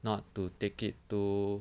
not to take it too